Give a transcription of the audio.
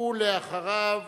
אחריו,